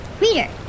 Reader